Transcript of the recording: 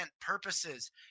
purposes